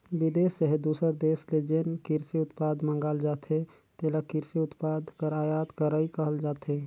बिदेस चहे दूसर देस ले जेन किरसी उत्पाद मंगाल जाथे तेला किरसी उत्पाद कर आयात करई कहल जाथे